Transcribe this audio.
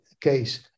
case